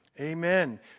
Amen